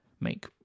make